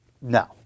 No